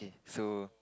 so